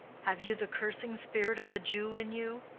have you the cursing spirit of the jew in you?